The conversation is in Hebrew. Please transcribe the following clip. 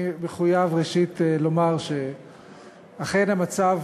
אני מחויב, ראשית, לומר שאכן המצב